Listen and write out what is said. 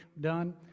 done